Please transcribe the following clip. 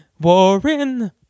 Warren